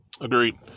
Agreed